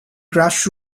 grass